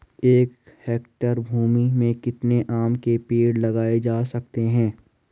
एक हेक्टेयर भूमि में कितने आम के पेड़ लगाए जा सकते हैं?